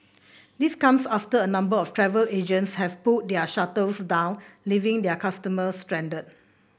this comes after a number of travel agents have pulled their shutters down leaving their customers stranded